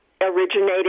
originated